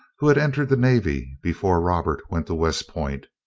who had entered the navy before robert went to west point.